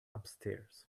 upstairs